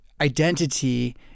identity